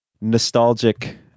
nostalgic